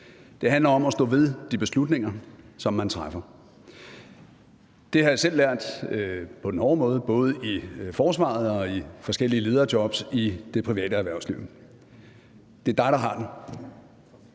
Det handler om at stå ved de beslutninger, som man træffer. Det har jeg selv lært på den hårde måde, både i forsvaret og i forskellige lederjobs i det private erhvervsliv. Det er dig, der har den,